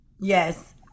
Yes